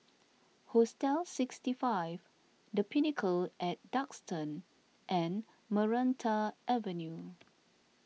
Hostel sixty five the Pinnacle at Duxton and Maranta Avenue